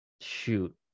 Shoot